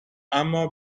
اما